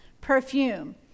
perfume